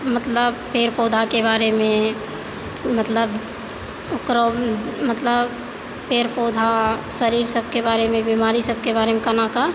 मतलब पेड़ पौधाके बारेमे मतलब ओकर मतलब पेड़ पौधा शरीर सबके बारेमे बीमारी सबके बारेमे कोनाकऽ